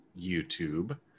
YouTube